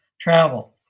travel